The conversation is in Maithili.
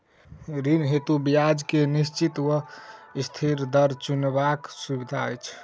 ऋण हेतु ब्याज केँ निश्चित वा अस्थिर दर चुनबाक सुविधा अछि